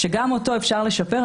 שגם אותו אפשר לשפר.